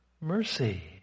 Mercy